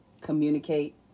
communicate